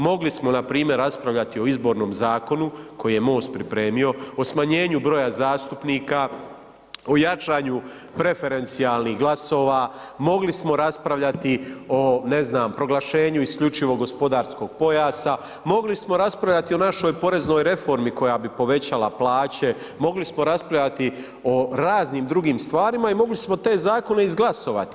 Mogli smo npr. raspravljati o Izbornom zakonu koji je MOST pripremio o smanjenju broja zastupnika, o jačanju preferencijalnih glasova, mogli smo raspravljati o ne znam proglašenju isključivog gospodarskog pojasa, mogli smo raspravljati o našoj poreznoj reformi koja bi povećala plaće, mogli smo raspravljati o raznim drugim stvarima i mogli smo te zakone izglasovati.